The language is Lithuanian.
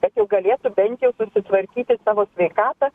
kad galėtų bent jau susitvarkyti savo sveikatą